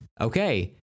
Okay